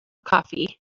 coffee